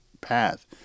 path